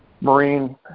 Marine